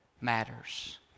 matters